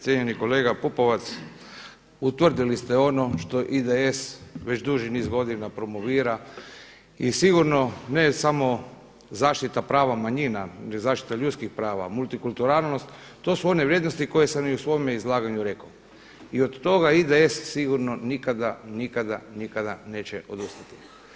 Cijenjeni kolega Pupovac utvrdili ste ono što IDS već duži niz godina promovira i sigurno ne samo zaštita prava manjina ili zaštita ljudskih prava, multikulturalnost, to su one vrijednosti koje sam i u svome izlaganju rekao i od toga IDS sigurno nikada, nikada, nikada neće odustati.